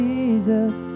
Jesus